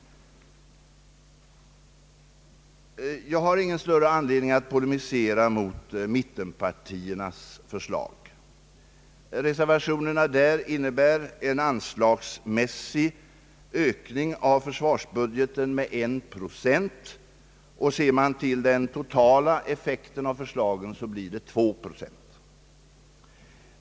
Jag har ingen större anledning att polemisera mot mittenpartiernas förslag. Reservationerna från det hållet innebär en anslagsmässig ökning av försvarsbudgeten med 1 procent, och ser man till den totala effekten av förslagen blir det 2 procent.